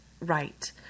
right